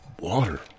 water